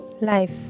Life